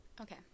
Okay